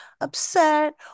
upset